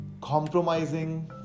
compromising